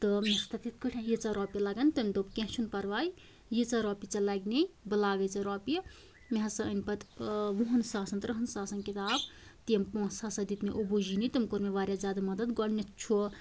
تہٕ تَتھ یِتھ کٲٹھٮ۪ن یٖژاھ روٚپیہِ لَگن تٔمۍ دوٚپ کیٚنہہ چھُنہٕ پرواے